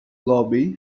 lobby